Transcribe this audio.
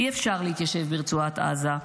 אי-אפשר להתיישב ברצועת עזה,